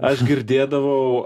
aš girdėdavau